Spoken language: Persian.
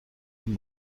این